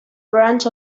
branch